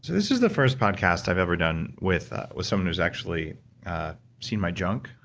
this is the first podcast i've ever done with with someone who's actually seen my junk,